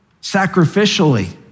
sacrificially